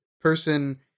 person